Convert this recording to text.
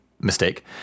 mistake